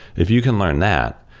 if you can learn that,